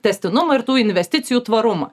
tęstinumą ir tų investicijų tvarumą